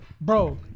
Bro